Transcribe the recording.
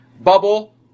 bubble